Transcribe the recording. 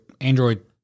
Android